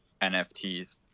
NFTs